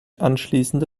anschließende